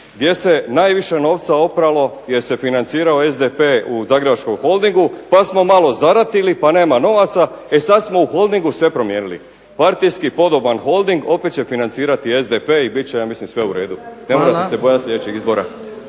gdje se najviše novca opralo jer se financirao SDP u zagrebačkom Holdingu pa smo malo zaratili pa nema novaca, e sad smo u Holdingu sve promijenili. Partijski podoban Holding opet će financirati SDP i bit će ja mislim sve u redu. Ne trebate se bojati sljedećih izbora.